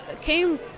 came